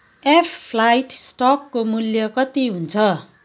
एफफ्ल्टइ स्टकको मूल्य कति हुन्छ